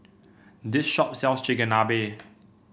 this shop sells Chigenabe